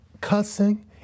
cussing